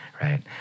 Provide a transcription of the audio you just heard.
Right